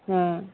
हाँ